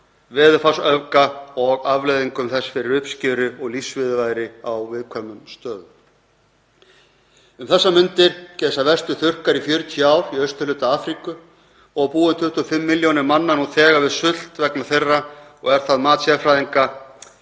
veðurfarsöfga og afleiðinga þess fyrir uppskeru og lífsviðurværi á viðkvæmum stöðum. Um þessar mundir geisa verstu þurrkar í 40 ár í austurhluta Afríku og búa 25 milljónir manna nú þegar við sult vegna þeirra og er það mat sérfræðinga